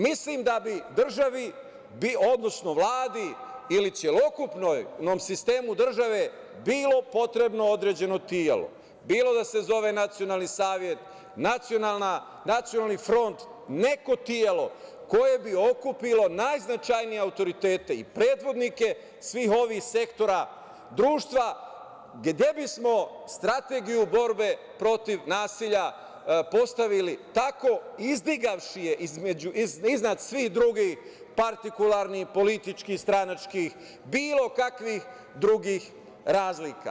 Mislim da bi državi, odnosno Vladi ili celokupnom sistemu države bilo potrebno određeno telo, bilo da se zove nacionalni savet, nacionalni front, neko telo koje bi okupilo najznačajnije autoritete i predvodnike svih ovih sektora društva, gde bismo strategiju borbe protiv nasilja postavili tako izdigavši je iznad svih drugih partikularnih političkih, stranačkih, bilo kakvih drugih razlika.